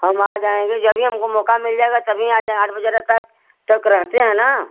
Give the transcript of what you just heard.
हम आ जाएँगे जभी हमको मौका मिल जाएगा तभी आ जाएँ आठ बजे रहा तक तक रहते हैं ना